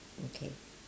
okay